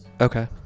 Okay